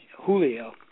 Julio